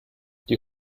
die